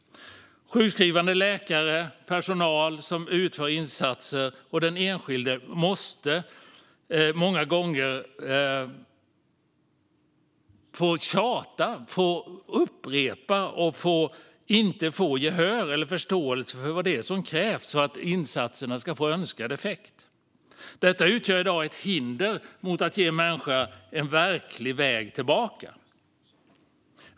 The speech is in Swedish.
Sjukskrivande läkare, personal som utför insatser och den enskilde får många gånger tjata och upprepa sig utan att få gehör eller förståelse för vad som krävs för att insatserna ska få önskvärd effekt. Detta utgör i dag ett hinder mot att ge människor en verklig väg tillbaka.